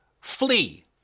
flee